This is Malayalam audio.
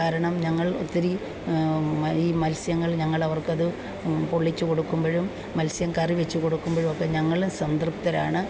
കാരണം ഞങ്ങൾ ഒത്തിരി ഈ മത്സ്യങ്ങൾ ഞങ്ങൾ അവർക്കത് പൊള്ളിച്ച് കൊടുക്കുമ്പോഴും മത്സ്യം കറി വെച്ച് കൊടുക്കുമ്പോഴും ഒക്കെ ഞങ്ങൾ സംതൃപ്തരാണ്